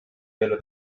velo